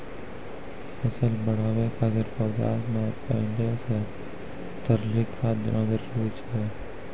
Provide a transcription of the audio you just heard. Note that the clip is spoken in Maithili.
फसल बढ़ाबै खातिर पौधा मे पहिले से तरली खाद देना जरूरी छै?